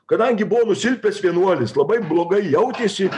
kadangi buvo nusilpęs vienuolis labai blogai jautėsi